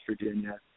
Virginia